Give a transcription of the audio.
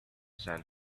sand